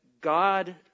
God